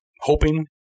hoping